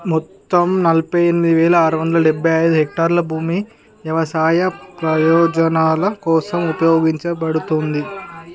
మొత్తం నలభై ఎనిమిది వేల ఆరు వందల డెభై ఐదు హెక్టార్ల భూమి వ్యవసాయ ప్రయోజనాల కోసం ఉపయోగించబడుతుంది